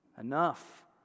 enough